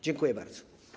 Dziękuję bardzo.